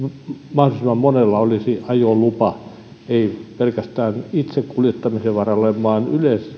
mahdollisimman monella olisi ajolupa ei pelkästään itse kuljettamisen varalle vaan yleisesti tuolla liikenteessä koska se